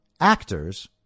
actors